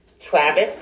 Travis